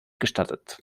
gestattet